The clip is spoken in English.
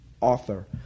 author